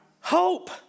hope